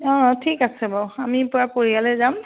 অঁ ঠিক আছে বাৰু আমি পূৰা পৰিয়ালে যাম